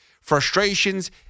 frustrations